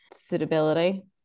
suitability